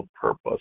purpose